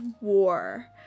war